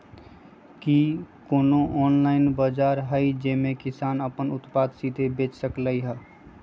कि कोनो ऑनलाइन बाजार हइ जे में किसान अपन उत्पादन सीधे बेच सकलई ह?